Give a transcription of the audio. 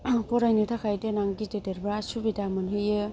फरायनो थाखाय देनां गिदिर देरबा सुबिदा मोनहैयो